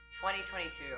2022